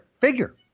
figure